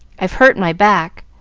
i've hurt my back,